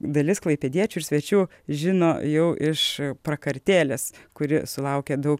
dalis klaipėdiečių ir svečių žino jau iš prakartėlės kuri sulaukia daug